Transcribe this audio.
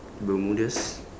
bermudas